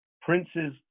princes